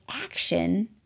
action